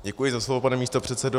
Děkuji za slovo, pane místopředsedo.